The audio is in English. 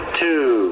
two